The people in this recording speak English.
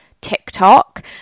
tiktok